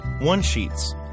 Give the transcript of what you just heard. one-sheets